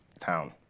town